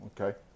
okay